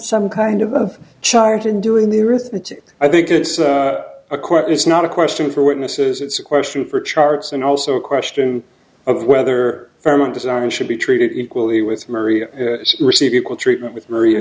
some kind of a charge in doing the arithmetic i think it's a court it's not a question for witnesses it's a question for charts and also a question of whether firm and designer should be treated equally with maria receive equal treatment with maria